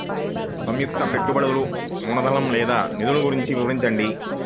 సంయుక్త పెట్టుబడులు మూలధనం లేదా నిధులు గురించి వివరించండి?